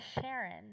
Sharon